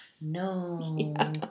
No